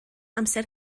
amser